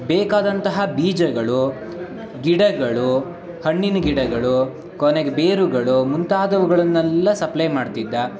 ಬೇಕಾದಂತಹ ಬೀಜಗಳು ಗಿಡಗಳು ಹಣ್ಣಿನ ಗಿಡಗಳು ಕೊನೆಗೆ ಬೇರುಗಳು ಮುಂತಾದವುಗಳನ್ನೆಲ್ಲ ಸಪ್ಲೈ ಮಾಡ್ತಿದ್ದ